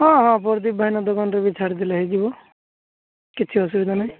ହଁ ହଁ ପ୍ରଦୀପ ଭାଇନା ଦୋକାନରେ ବି ଛାଡ଼ିଦେଲେ ହେଇଯିବ କିଛି ଅସୁବିଧା ନାହିଁ